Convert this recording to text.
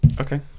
Okay